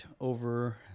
over